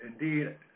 indeed